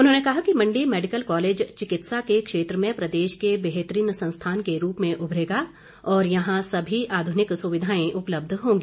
उन्होंने कहा कि मंडी मैडिकल कॉलेज चिकित्सा के क्षेत्र में प्रदेश के बेहतरीन संस्थान के रूप में उमरेगा और यहां सभी आधुनिक सुविघाएं उपलब्ध होंगी